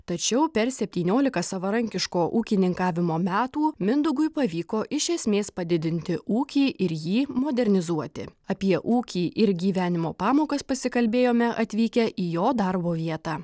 tačiau per septyniolika savarankiško ūkininkavimo metų mindaugui pavyko iš esmės padidinti ūkį ir jį modernizuoti apie ūkį ir gyvenimo pamokas pasikalbėjome atvykę į jo darbo vietą